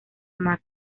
magna